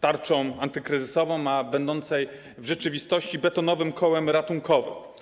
tarczą antykryzysową, a będącej w rzeczywistości betonowym kołem ratunkowym.